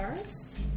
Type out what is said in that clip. first